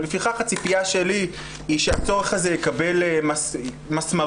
לפיכך הציפיה שלי היא שהצורך הזה יקבל מסמרות